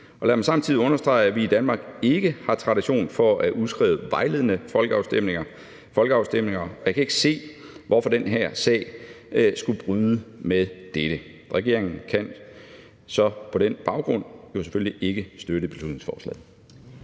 Lad mig samtidig understrege, at vi i Danmark ikke har tradition for at udskrive vejledende folkeafstemninger, og jeg kan ikke se, hvorfor den her sag skulle bryde med dette. Regeringen kan på den baggrund selvfølgelig ikke støtte beslutningsforslaget.